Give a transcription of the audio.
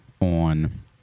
on